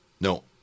No